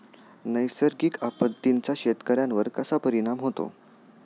नैसर्गिक आपत्तींचा शेतकऱ्यांवर कसा परिणाम होतो?